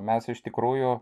mes iš tikrųjų